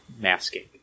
masking